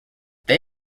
they